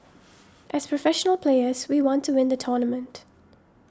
as professional players we want to win the tournament